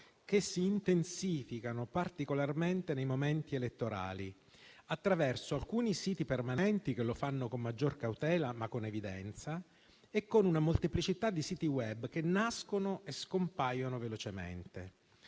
che si intensificano particolarmente nei momenti elettorali attraverso alcuni siti permanenti, che lo fanno con maggior cautela, ma con evidenza, ma con una molteplicità di siti *web* che nascono e scompaiono velocemente.